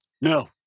No